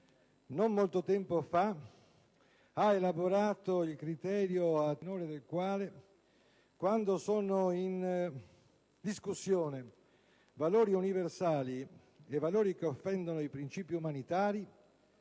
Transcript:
non molto tempo fa ha elaborato il criterio a tenore del quale, quando sono in discussione valori universali e valori che offendono i principi umanitari,